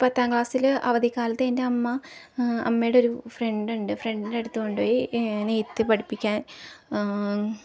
പത്താം ക്ലാസ്സിൽ അവധി കാലത്ത് എൻ്റെ അമ്മ അമ്മയുടെ ഒരു ഫ്രണ്ട് ഉണ്ട് ഫ്രണ്ടിൻ്റെ അടുത്ത് കൊണ്ടുപോയി ഏ നെയ്ത്ത് പഠിപ്പിക്കാൻ